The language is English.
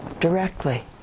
directly